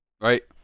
right